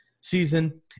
season